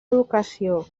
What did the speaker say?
educació